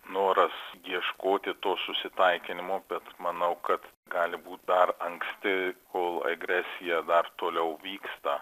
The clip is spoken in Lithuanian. noras ieškoti to susitaikinimo bet manau kad gali būt dar anksti kol agresija dar toliau vyksta